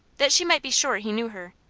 that she might be sure he knew her,